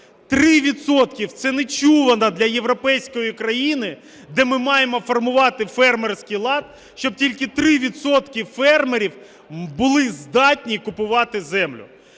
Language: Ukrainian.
– це нечувано для європейської країни, де ми маємо формувати фермерський лад, щоб тільки 3 відсотки фермерів були здатні купувати землю.